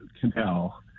canal